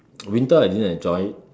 winter I didn't enjoy it